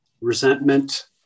Resentment